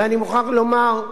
ואני מוכרח לומר,